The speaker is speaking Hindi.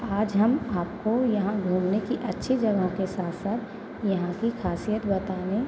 आज हम आपको यहाँ घूमने की अच्छी जगहों के साथ साथ यहाँ की खासियत बताने